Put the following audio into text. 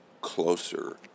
closer